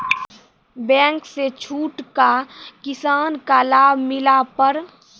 Bank से छूट का किसान का लाभ मिला पर?